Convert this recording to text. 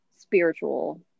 spiritual